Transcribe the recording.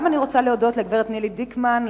אני רוצה להודות גם לגברת נילי דיקמן,